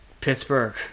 Pittsburgh